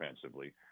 defensively